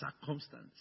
circumstance